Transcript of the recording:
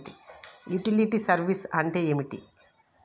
Utility service అంటే ఏంటిది?